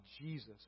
Jesus